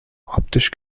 optisch